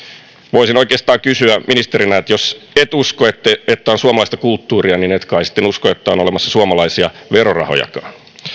voisin oikeastaan kysyä ministerinä että jos et usko että on suomalaista kulttuuria niin et kai sitten usko että on olemassa suomalaisia verorahojakaan